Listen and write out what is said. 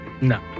No